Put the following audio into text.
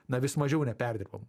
na vis mažiau neperdirbamų